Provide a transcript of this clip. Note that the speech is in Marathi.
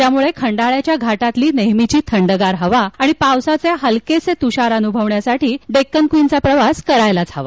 त्यामुळे खंडाळ्याच्या घाटातली नेहमीची थंडगार हवा आणि पावसाचे हलके तुषार अनुभवण्यासाठी डेक्कन क्वीनचा प्रवास करायलाच हवा